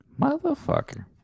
Motherfucker